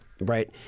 Right